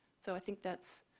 so i think that's